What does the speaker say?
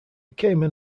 cayman